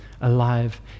alive